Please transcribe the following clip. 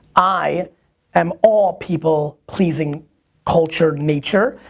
i am all people pleasing cultured nature,